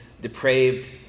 depraved